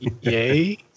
Yay